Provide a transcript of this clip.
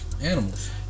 Animals